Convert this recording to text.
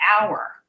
hour